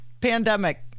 pandemic